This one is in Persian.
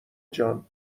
جان